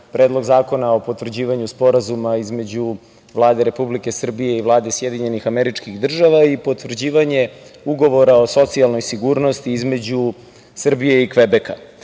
Predlog zakona o potvrđivanju Sporazuma između Vlade Republike Srbije i Vlade SAD i potvrđivanje Ugovora o socijalnoj sigurnosti između Srbije i Kvebeka,